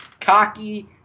cocky